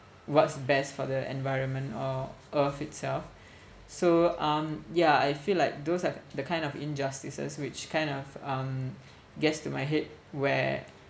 what's best for the environment or earth itself so um yeah I feel like those are the kind of injustices which kind of um gets to my head where